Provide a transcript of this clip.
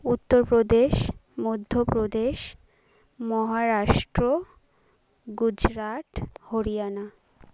Uttar Pradesh Madhya Pradesh Maharashtra Gujarat Haryana